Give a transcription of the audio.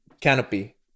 canopy